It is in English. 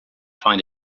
find